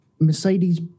Mercedes